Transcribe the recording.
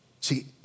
See